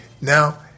Now